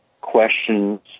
questions